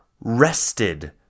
rested